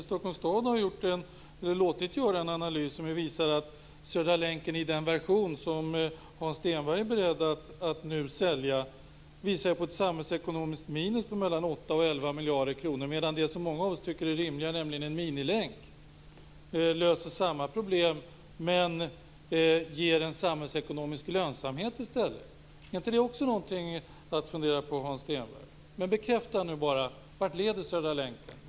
Stockholms stad har låtit göra en analys som visar att Södra länken i den version som Hans Stenberg nu är beredd att sälja leder till ett samhällsekonomiskt minus på mellan 8 och 11 miljarder kronor. En minilänk skulle lösa samma problem och i stället ge en samhällsekonomisk lönsamhet. Är inte också det någonting att fundera över, Hans Stenberg? Men vart leder Södra länken?